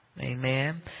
Amen